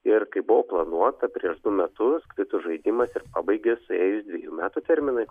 ir kaip buvo planuota prieš du metus kvitų žaidimas ir pabaigė suėjus dvejų metų terminui